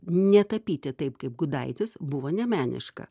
netapyti taip kaip gudaitis buvo nemeniška